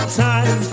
time